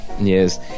Yes